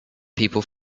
people